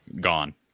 gone